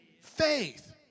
faith